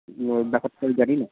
এই ব্যাপারটা তো আমি জানি না